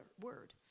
word